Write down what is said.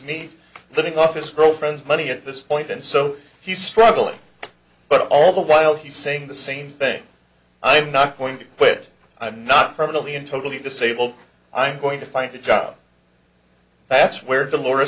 meet living off his girlfriend's money at this point and so he's struggling but all the while he's saying the same thing i'm not going to quit i'm not permanently and totally disabled i'm going to find a job that's where